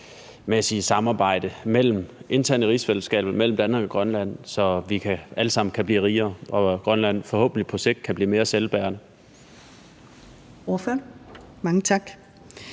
samarbejde internt i rigsfællesskabet mellem Danmark og Grønland, så vi alle sammen kan blive rigere, og Grønland forhåbentlig på sigt kan blive mere selvbærende.